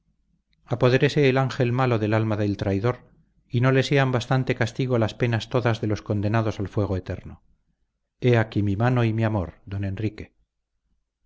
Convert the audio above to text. apodérese el ángel malo del alma del traidor y no le sean bastante castigo las penas todas de los condenados al fuego eterno he aquí mi mano y mi amor don enrique